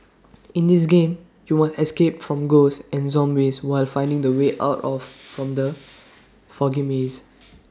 in this game you must escape from ghosts and zombies while finding the way out of from the foggy maze